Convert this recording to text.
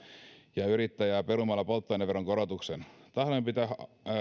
ja yrittäjää perumalla polttoaineveron korotuksen tahdomme pitää